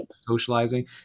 socializing